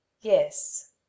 Yes